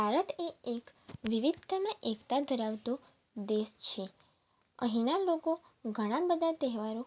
ભારત એ એક વિવિધતામાં એકતા ધરાવતો દેશ છે અહીંના લોકો ઘણા બધા તહેવારો